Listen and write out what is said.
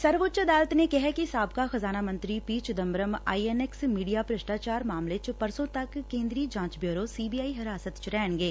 ਸਰਵਉੱਚ ਅਦਾਲਤ ਨੇ ਕਿਹੈ ਕਿ ਸਾਬਕਾ ਖਜ਼ਾਨਾ ਮੰਤਰੀ P Chidambaram I N X media ਭ੍ਰਿਸਟਾਚਾਰ ਮਾਮਲੇ ਚ ਪਰਸੋ ਤੱਕ ਕੇਦਰੀ ਜਾਂਚ ਬਿਉਰੋ ਸੀ ਬੀ ਆਈ ਹਿਰਾਸਤ ਚ ਰਹਿਣਗੇ